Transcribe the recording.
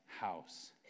house